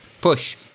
push